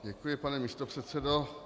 Děkuji, pane místopředsedo.